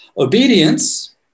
Obedience